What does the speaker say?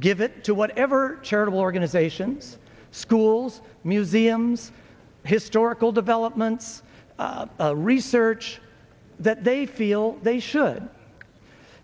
give it to whatever charitable organizations schools museums historical developments research that they feel they should